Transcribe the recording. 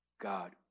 God